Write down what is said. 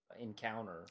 encounter